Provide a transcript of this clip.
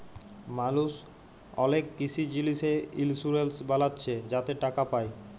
মালুস অলেক কিসি জিলিসে ইলসুরেলস বালাচ্ছে যাতে টাকা পায়